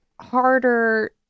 harder